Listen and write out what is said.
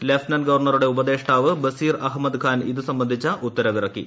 lieutenant ഗവർണറുടെ ഉപദേഷ്ടാവ് ബസീർ അഹമ്മദ് ഖാൻ ഇതു സംബന്ധിച്ച ഉത്തരവിറക്കി